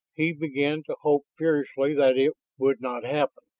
he began to hope fiercely that it would not happen,